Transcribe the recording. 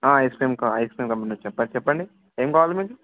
ice cream క ice cream company చెప్ప చెప్పండి ఏం కావాలి మీకు